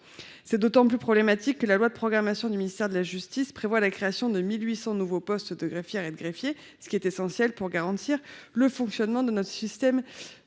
C’est d’autant plus problématique que la loi de programmation du ministère de la justice prévoit la création de 1 800 nouveaux postes, ce qui est essentiel pour garantir le fonctionnement de notre système